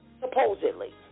Supposedly